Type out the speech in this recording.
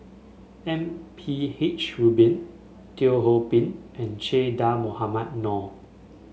M P H Rubin Teo Ho Pin and Che Dah Mohamed Noor